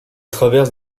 traverse